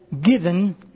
given